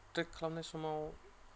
track खालामनाय समाव